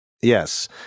yes